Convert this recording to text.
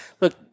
Look